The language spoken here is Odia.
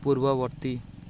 ପୂର୍ବବର୍ତ୍ତୀ